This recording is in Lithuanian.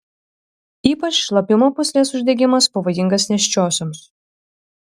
ypač šlapimo pūslės uždegimas pavojingas nėščiosioms